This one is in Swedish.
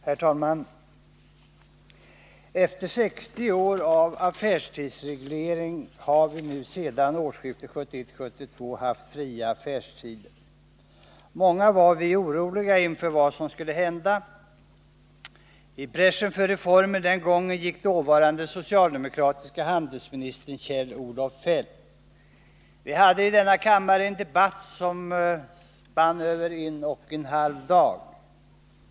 Herr talman! Efter 60 år av affärstidsreglering har vi nu sedan årsskiftet 1971-1972 haft fria affärstider. Många var oroliga inför vad som skulle hända. I bräschen för reformen den gången gick dåvarande socialdemokratiske handelsministern Kjell-Olof Feldt. Vi hade i denna kammare en debatt, som spann över en och en halv dag.